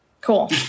Cool